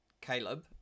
caleb